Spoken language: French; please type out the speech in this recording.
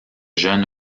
jeunes